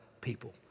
people